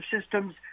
systems